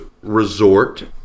Resort